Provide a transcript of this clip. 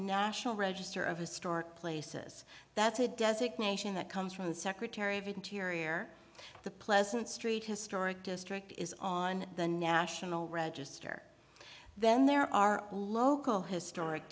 national register of historic places that's a designation that comes from the secretary of interior the pleasant street historic district is on the national register then there are local historic